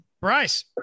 Bryce